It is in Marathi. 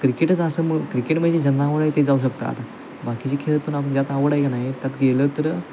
क्रिकेटच असं मग क्रिकेटमध्ये ज्यांना आवड आहे ते जाऊ शकतात बाकीचे खेळ पण आपण ज्यात आवड आहे का नाही त्यात गेलं तर